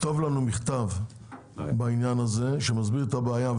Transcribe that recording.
לכתוב לנו מכתב בעניין הזה, שמסביר את הבעיה,